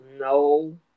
No